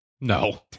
no